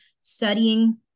studying